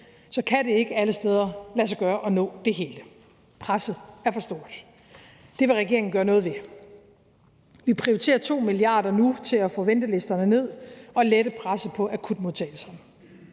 så kan det ikke alle steder lade sig gøre at nå det hele – presset er for stort. Det vil regeringen gøre noget ved. Vi prioriterer 2 mia. kr. nu til at få ventelisterne ned og lette presset på akutmodtagelserne.